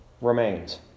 remains